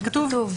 זה כתוב.